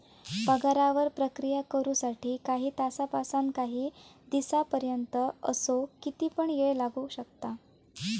पगारावर प्रक्रिया करु साठी काही तासांपासानकाही दिसांपर्यंत असो किती पण येळ लागू शकता